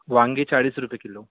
वांगे चाळीस रुपये किल्लो